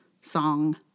song